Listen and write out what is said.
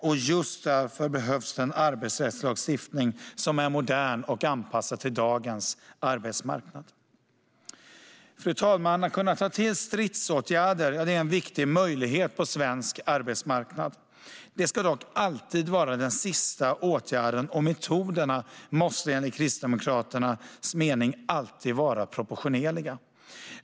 Och just därför behövs en arbetsrättslagstiftning som är modern och anpassad till dagens arbetsmarknad. Fru talman! Att kunna ta till stridsåtgärder är en viktig möjlighet på svensk arbetsmarknad. Det ska dock alltid vara den sista åtgärden, och metoderna måste enligt Kristdemokraternas mening alltid vara proportionerliga.